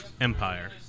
Empire